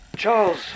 Charles